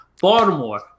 Baltimore